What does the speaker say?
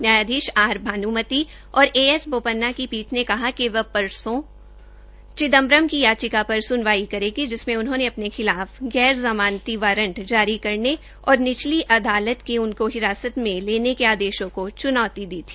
न्यायाधीश आर बानुमती और A S Bopanna की पीठ ने कहा कि वह परसो चिदम्बरम की याचिका पर सुनवाई करेगी जिसमें उनहोंने अपने खिलाफ गैर जमानती वारंट जारी करने और निचली अदालत को उनको हिरासत में लाने के आदेशों को चुनौती दी है